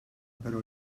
però